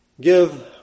Give